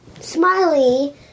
Smiley